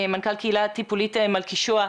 מנכ"ל קהילה טיפולית מלכישוע.